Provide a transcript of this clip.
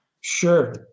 Sure